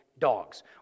dogs